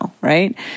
right